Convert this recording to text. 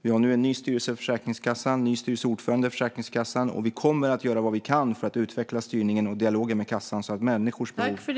Vi har en ny styrelse i Försäkringskassan och en ny styrelseordförande, och vi kommer att göra vad vi kan för att utveckla styrningen av och dialogen med kassan så att människors behov sätts i fokus.